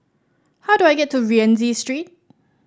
how do I get to Rienzi Street